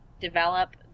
develop